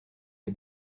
les